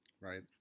Right